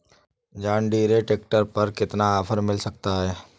John Deere tractor पर कितना offer मिल सकता है?